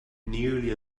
nearly